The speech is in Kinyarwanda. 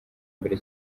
mbere